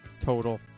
total